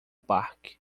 parque